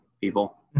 people